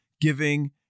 giving